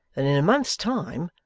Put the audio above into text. that in a month's time,